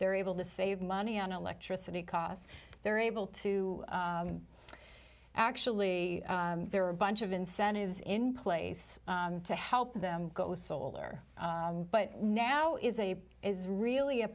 they're able to save money on electricity costs they're able to actually there are a bunch of incentives in place to help them go solar but now is a is really a